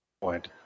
point